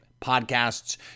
podcasts